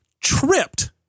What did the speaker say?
tripped